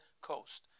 coast